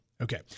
Okay